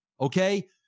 okay